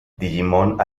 digimon